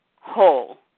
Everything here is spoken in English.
whole